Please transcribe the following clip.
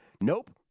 Nope